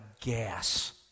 gas